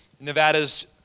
Nevada's